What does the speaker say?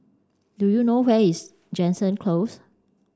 do you know where is Jansen Close